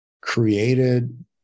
created